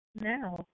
now